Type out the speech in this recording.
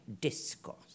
discourse